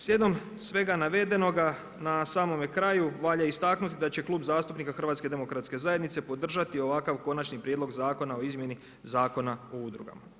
Slijedom svega navedenoga na samome kraju valja istaknuti da će Klub zastupnika HDZ-a podržati ovakav Konačni prijedlog zakona o izmjeni Zakona o udrugama.